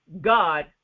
God